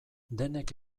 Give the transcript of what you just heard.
denek